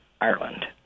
Ireland